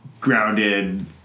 grounded